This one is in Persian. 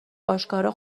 آشکارا